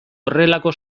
horrelako